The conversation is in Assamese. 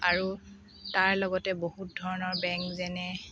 আৰু তাৰ লগতে বহুত ধৰণৰ বেংক যেনে